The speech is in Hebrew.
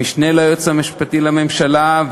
המשנה ליועץ המשפטי לממשלה,